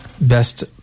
Best